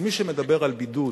מי שמדבר על בידוד,